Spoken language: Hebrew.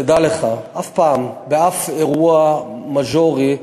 תדע לך, אף פעם, באף אירוע מז'ורי,